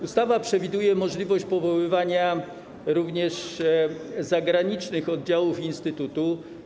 Ustawa przewiduje możliwość powoływania również zagranicznych oddziałów instytutu.